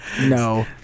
No